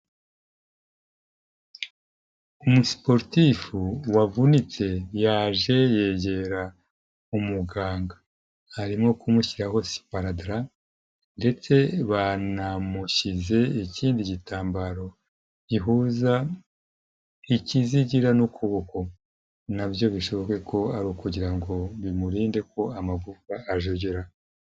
Umu siporutifu wavunitse, yaje yegera umuganga arimo kumushyiraho siparadara, ndetse banamushyize ikindi gitambaro gihuza ikizigira n'ukuboko, nabyo bishoboke ko ari ukugira ngo bimurinde ko amagufwa ajegera.